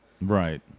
Right